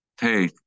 Hey